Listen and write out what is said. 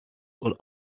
will